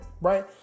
Right